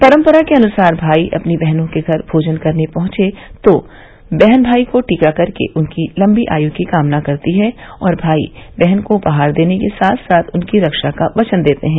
परंपरा के अनुसार भाई अपनी बहनों के घर भोजन करने पहुंचे तो बहन भाई को टीका करके उनकी लम्बी आयु की कामना करती हैं और भाई वहन को उपहार देने के साथ साथ उनकी रक्षा का वचन देते हैं